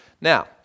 Now